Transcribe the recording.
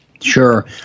Sure